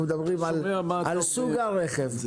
אנחנו מדברים על סוג הרכב.